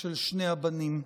של שני הבנים.